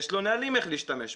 יש לו נהלים איך להשתמש בו.